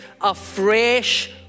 afresh